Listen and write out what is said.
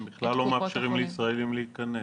הם בכלל לא מאפשרים לאנשים להיכנס,